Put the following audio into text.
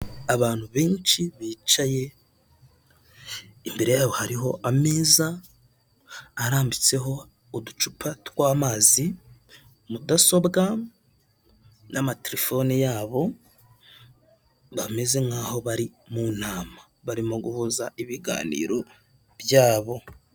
Abantu benshi bicaye imbere yabo hariho ameza arambitseho uducupa tw'amazi, mudasobwa n'amatelefone yabo, bameze nk'aho bari mu nama barimo guhuza ibiganiro byabo.